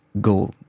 go